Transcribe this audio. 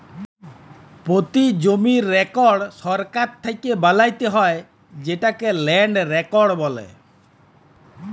পতি জমির রেকড় সরকার থ্যাকে বালাত্যে হয় যেটকে ল্যান্ড রেকড় বলে